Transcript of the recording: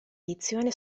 edizione